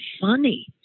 funny